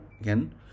again